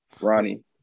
Ronnie